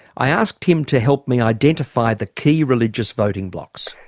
i asked him to help me identify the key religious voting blocks.